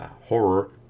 horror